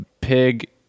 Pig